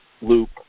loop